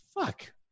fuck